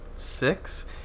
six